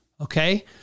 Okay